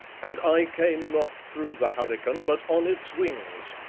and i came not through the hurricane, but on its wings.